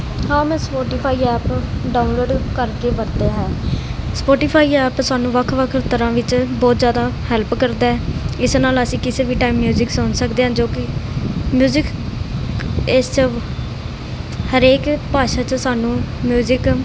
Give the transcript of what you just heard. ਹਾਂ ਮੈਂ ਇਸ ਸਫੋਟੀਫਾਈ ਐਪ ਡਾਊਨਲੋਡ ਕਰਕੇ ਵਰਤਿਆ ਹੈ ਸਫੋਟੀਫਾਈ ਐਪ ਸਾਨੂੰ ਵੱਖ ਵੱਖ ਤਰ੍ਹਾ ਵਿੱਚ ਬਹੁਤ ਜਿਆਦਾ ਹੈਲਪ ਕਰਦਾ ਇਸ ਨਾਲ ਅਸੀਂ ਕਿਸੇ ਵੀ ਟਾਈਮ ਮਿਊਜਿਕ ਸੁਣ ਸਕਦੇ ਆ ਜੋ ਕਿ ਮਿਊਜਿਕ ਇਸ ਚ ਹਰੇਕ ਭਾਸ਼ਾ ਚ ਸਾਨੂੰ ਮਿਊਜਿਕ